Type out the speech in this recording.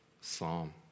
psalm